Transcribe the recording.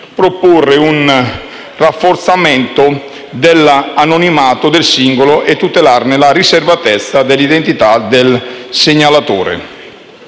proporre un rafforzamento dell'anonimato del singolo e di tutelare la riservatezza dell'identità del segnalatore.